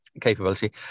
capability